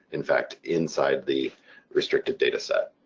in fact, inside the restrictive data set.